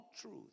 truth